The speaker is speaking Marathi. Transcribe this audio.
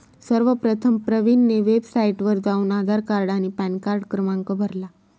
सर्वप्रथम प्रवीणने वेबसाइटवर जाऊन आधार कार्ड आणि पॅनकार्ड क्रमांक भरला